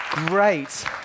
Great